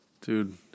Dude